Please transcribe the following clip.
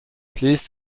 please